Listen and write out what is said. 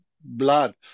blood